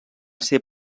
ser